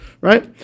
right